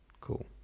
Cool